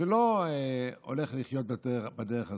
שלא הולך לחיות בדרך הזו,